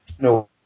No